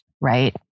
right